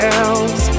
else